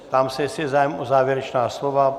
Ptám se, jestli je zájem o závěrečná slova.